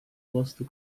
mostu